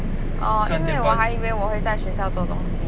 orh 因为我还以为我会在学校做东西